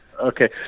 Okay